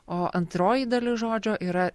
o antroji dalis žodžio yra